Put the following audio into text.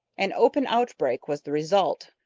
an open outbreak was the result.